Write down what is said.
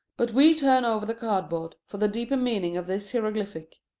but we turn over the cardboard, for the deeper meaning of this hieroglyphic.